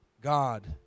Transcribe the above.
God